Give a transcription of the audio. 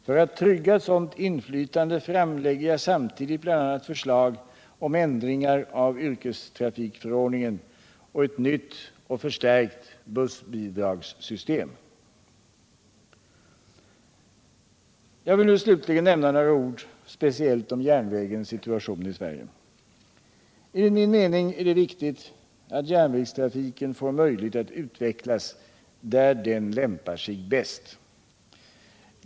För att trygga ett sådant inflytande framlägger jag samtidigt bl.a. förslag om ändringar av yrkestrafikförordningen och ett nytt och förstärkt bussbidragssystem. Jag vill slutligen nämna några ord speciellt om järnvägens situation i Sverige. Enligt min mening är det viktigt att järnvägstrafiken får möjlighet att utvecklas där den lämpar sig bäst.